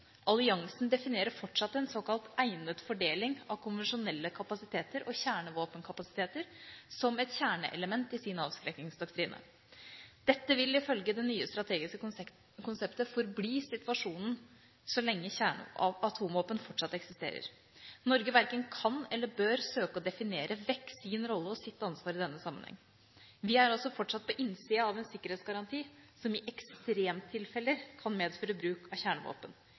Alliansen definerer fortsatt en såkalt egnet fordeling av konvensjonelle kapasiteter og kjernevåpenkapasiteter som et kjerneelement i sin avskrekkingsdoktrine. Dette vil, ifølge det nye strategiske konseptet, forbli situasjonen så lenge atomvåpen fortsatt eksisterer. Norge verken kan eller bør søke å definere vekk sin rolle og sitt ansvar i denne sammenheng. Vi er altså fortsatt på innsiden av en sikkerhetsgaranti, som i ekstremtilfeller kan medføre bruk av kjernevåpen.